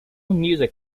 music